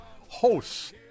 hosts